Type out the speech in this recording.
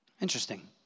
Interesting